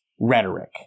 rhetoric